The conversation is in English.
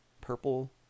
purple